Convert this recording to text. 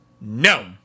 No